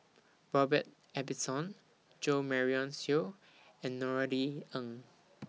Robert Ibbetson Jo Marion Seow and Norothy Ng